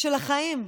של החיים.